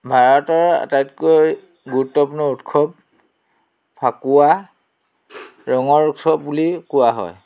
ভাৰতৰ আটাইতকৈ গুৰুত্বপূৰ্ণ উৎসৱ ফাকুৱা ৰঙৰ উৎসৱ বুলি কোৱা হয়